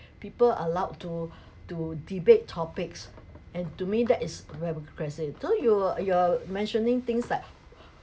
people allowed to to debate topics and to me that is we have democracy so you're you're mentioning things like